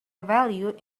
value